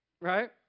right